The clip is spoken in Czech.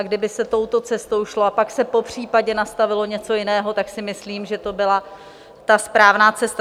Kdyby se touto cestou šlo a pak se popřípadě nastavilo něco jiného, tak si myslím, že by to byla ta správná cesta.